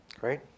Great